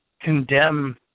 condemn